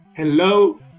Hello